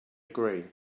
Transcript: agree